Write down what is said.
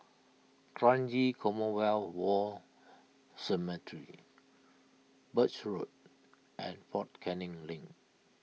Kranji Commonwealth War Cemetery Birch Road and fort Canning Link